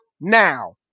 now